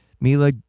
Mila